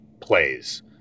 plays